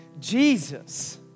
Jesus